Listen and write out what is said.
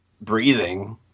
breathing